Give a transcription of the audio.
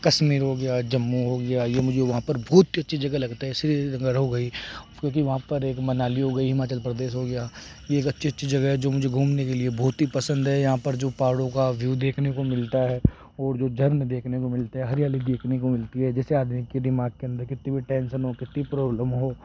कश्मीर हो गया जम्मू हो गया यह मुझे वहाँ पर बहुत ती अच्छी जगह लगता है श्रीनगर हो गई क्योंकि वहाँ पर एक मनाली हो गई हिमाचल प्रदेश हो गया यह एक अच्छी अच्छी जगह है जो मुझे घूमने के लिए बहुत ही पसंद है यहाँ पर जो पहाड़ों का व्यू देखने को मिलता है और जो जर्नी देखने को मिलती है हरियाली देखने को मिलती है जैसे आदमी के दिमाग के अंदर कितनी भी टेंशन हो कितनी प्रॉब्लम हो